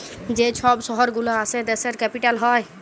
যে ছব শহর গুলা আসে দ্যাশের ক্যাপিটাল হ্যয়